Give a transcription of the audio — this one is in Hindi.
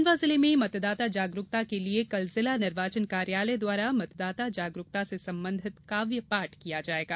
खंडवा जिले में मतदाता जागरूकता के लिये कल जिला निर्वाचन कार्यालय द्वारा मतदाता जागरूकता से संबंधित काव्य पाठ किया जायेगा